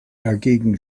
dagegen